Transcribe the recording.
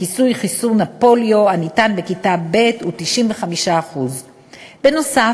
כיסוי חיסון הפוליו הניתן בכיתה ב' הוא 95%. בנוסף,